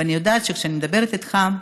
ואני יודעת שכשאני מדברת איתך,